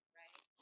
right